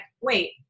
wait